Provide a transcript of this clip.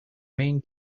main